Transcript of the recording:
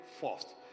first